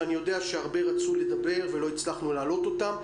ואני יודע שהרבה רצו לדבר ולא הצלחנו להעלות אותם,